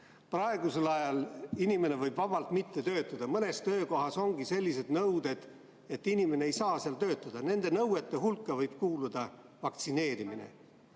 Praegusel ajal inimene võib vabalt mitte töötada. Mõnes töökohas ongi sellised nõuded, et inimene ei saa seal töötada. Nende nõuete hulka võib kuuluda vaktsineerimine.